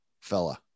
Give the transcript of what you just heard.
fella